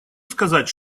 сказать